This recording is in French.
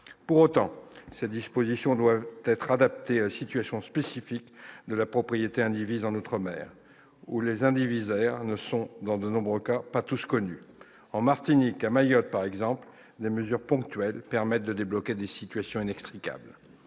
Pour autant, ces dispositions doivent être adaptées à la situation spécifique de la propriété indivise en outre-mer où les indivisaires ne sont, dans de nombreux cas, pas tous connus. En Martinique ou à Mayotte, par exemple, des mesures ponctuelles permettent de débloquer des situations inextricables.